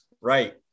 right